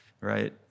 right